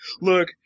look